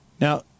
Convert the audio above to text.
Now